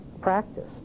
practice